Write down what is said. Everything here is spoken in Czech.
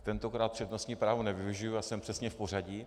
Tentokrát přednostní právo nevyužiji a jsem přesně v pořadí.